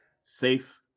safe